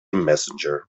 messenger